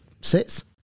sits